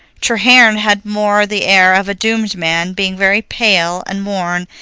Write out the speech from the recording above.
treherne had more the air of a doomed man, being very pale and worn,